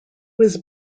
was